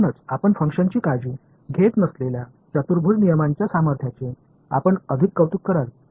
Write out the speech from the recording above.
म्हणूनच आपण फंक्शनची काळजी घेत नसलेल्या चतुर्भुज नियमांच्या सामर्थ्याचे आपण अधिक कौतुक कराल